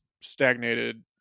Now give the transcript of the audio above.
stagnated